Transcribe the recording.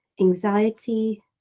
anxiety